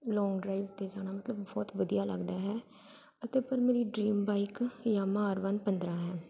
ਲੋਂਗ drive 'ਤੇ ਜਾਣਾ ਮਤਲਬ ਬਹੁਤ ਵਧੀਆ ਲੱਗਦਾ ਹੈ ਅਤੇ ਪਰ ਮੇਰੀ dream bike Yamaha R one ਪੰਦਰ੍ਹਾਂ ਹੈ